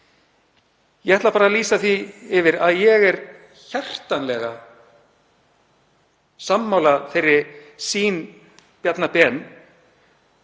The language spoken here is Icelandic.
Ég ætla bara að lýsa því yfir að ég er hjartanlega sammála þeirri sýn hæstv.